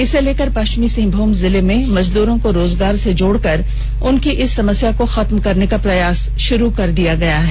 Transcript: इसे लेकर पश्चिमी सिंहभूम जिले में मजदूरों को रोजगार से जोड़कर उनकी इस समस्या को खत्म करने का प्रयास शुरू कर दिया गया है